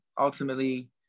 ultimately